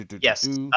Yes